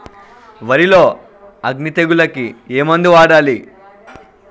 వరిలో అగ్గి తెగులకి ఏ మందు వాడాలి?